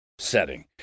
setting